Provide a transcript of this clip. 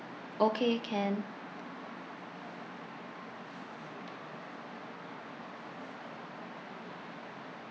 okay can